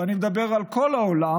ואני מדבר על כל העולם,